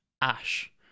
Ash